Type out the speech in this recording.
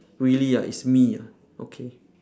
really ah is me ah okay